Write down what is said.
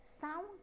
sound